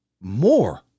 more